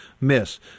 miss